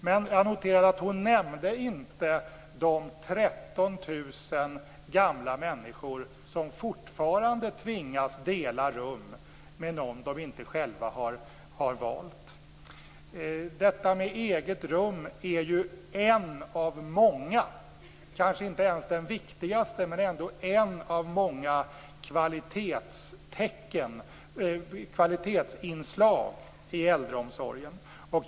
Men jag noterade att hon inte nämnde de 13 000 gamla människor som fortfarande tvingas dela rum med någon som de inte själva har valt. Ett eget rum är ett av många - kanske inte ens det viktigaste men ändå ett av många - kvalitetsinslag i äldreomsorgen.